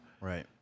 Right